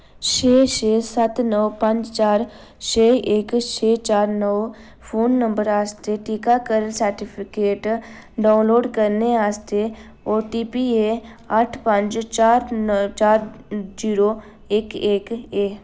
छे छे सत्त नौ पंज चार छे इक छे चार नौ फोन नंबर आस्तै टीकाकरण सर्टिफिकेट डाउनलोड करने आस्तै ओटीपी ऐ अट्ठ पंज चार जीरो इक इक ऐ